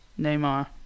Neymar